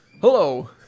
hello